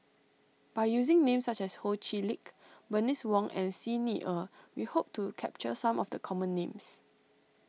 by using names such as Ho Chee Lick Bernice Wong and Xi Ni Er we hope to capture some of the common names